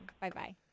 Bye-bye